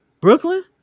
Brooklyn